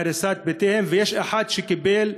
על הריסת בתיהם, ויש אחד שקיבל,